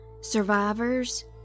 survivors